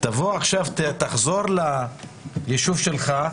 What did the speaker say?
שייסע ליישוב שלו,